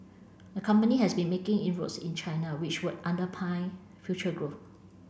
the company has been making inroads in China which would under pine future growth